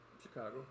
Chicago